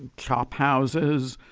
chophouses,